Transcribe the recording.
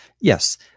Yes